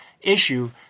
issue